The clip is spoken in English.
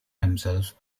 himself